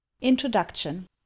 Introduction